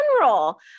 general